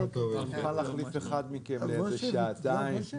אני מוכן להחליף אחד מכם לאיזה שעתיים.